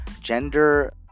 gender